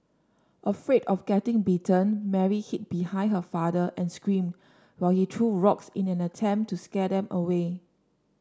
afraid of getting bitten Mary hid behind her father and screamed while he threw rocks in an attempt to scare them away